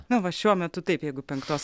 na va šiuo metu taip jeigu penktos